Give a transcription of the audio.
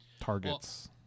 Targets